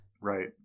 Right